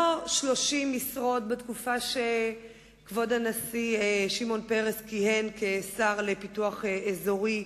לא 30 משרות כמו בתקופה שכבוד הנשיא שמעון פרס כיהן כשר לפיתוח אזורי,